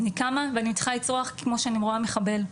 אני קמה ואני מתחילה לצרוח כמו שאני רואה מחבל,